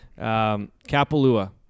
Kapalua